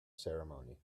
ceremony